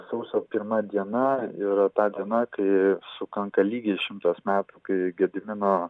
sausio pirma diena yra ta diena kai sukanka lygiai šimtas metų kai gedimino